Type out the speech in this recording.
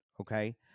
okay